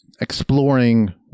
exploring